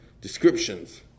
descriptions